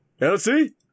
Elsie